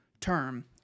term